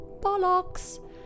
bollocks